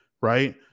right